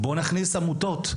בואו נכניס עמותות.